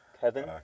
Kevin